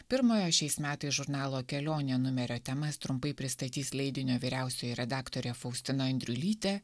pirmojo šiais metais žurnalo kelionė numerio temas trumpai pristatys leidinio vyriausioji redaktorė faustina andriulytė